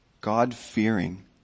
God-fearing